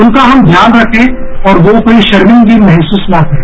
उनका हम ध्यान रखें और वो कोई रामिंदगी महसूस न करें